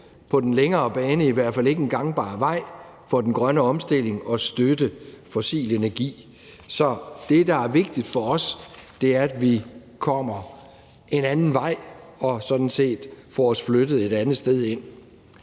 på den længere bane i hvert fald ikke en gangbar vej for den grønne omstilling at støtte fossil energi. Så det, der er vigtigt for os, er, at vi kommer en anden vej og sådan set får os flyttet et andet sted hen.